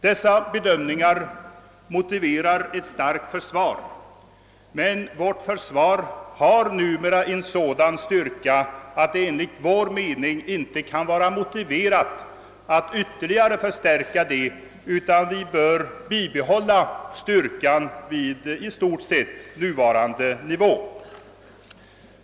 Dessa bedömningar motiverar ett starkt försvar, men vårt försvar har numera en sådan styrka, att det enligt vår mening inte kan vara motiverat att ytterligare förstärka det, utan det bör räcka med att bibehålla styrkan vid i stort sett nuvarande nivå.